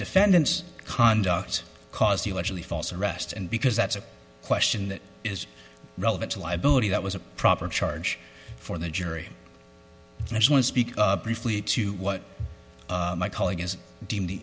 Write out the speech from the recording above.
defendant's conduct because you actually false arrest and because that's a question that is relevant to liability that was a proper charge for the jury i just want to speak briefly to what my colleague has deemed